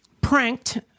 pranked